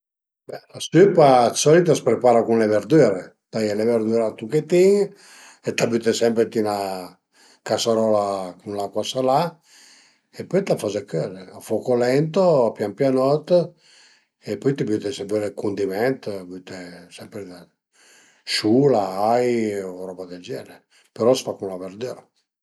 La süpa d'solit a s'prepara cun le verdüre, taie le verdüre a tuchetin, t'la büte sempre ënt üna casarola cun l'acua salà e pöi t'la faze cözi a fuoco lento pian pianot e põi t'i büte se völe dë cundiment, büte siula, ai, coze del genere, però a s'fa cun la verdüra